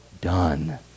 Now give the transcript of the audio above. done